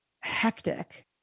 hectic